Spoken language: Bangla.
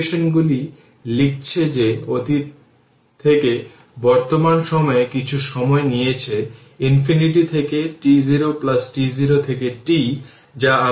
এবং i y কারেন্ট 2 Ω রেজিষ্টর এর দিক দিয়ে প্রবাহিত হচ্ছে এইভাবে তাই i2 i1 কারণ এই i2 এভাবে যাচ্ছে এবং এই i১ এভাবে যাচ্ছে